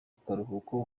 karuhuko